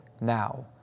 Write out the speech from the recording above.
now